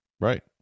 Right